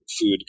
food